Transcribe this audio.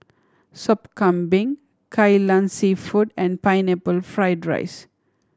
Sop Kambing Kai Lan Seafood and Pineapple Fried rice